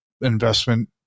investment